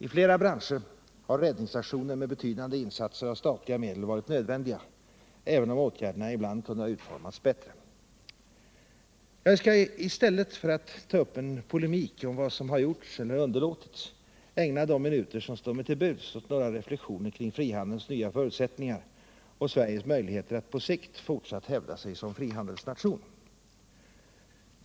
I flera branscher har räddningsaktioner med betydande insatser av statliga medel varit nödvändiga, även om åtgärderna ibland kunde ha utformats bättre. / Jag skall i stället för att ta upp en polemik om vad som har gjorts eller underlåtits ägna de minuter som står mig till buds åt några reflexioner kring frihandelns nya förutsättningar och Sveriges möjligheter att på sikt fortsatt hävda sig som frihandelsnation.